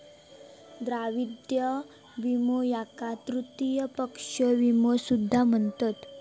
दायित्व विमो याका तृतीय पक्ष विमो सुद्धा म्हणतत